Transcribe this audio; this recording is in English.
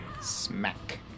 Smack